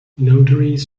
notaries